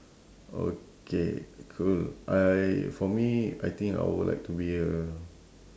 okay cool I for me I think I would like to be a